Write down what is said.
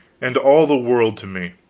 and all the world to me,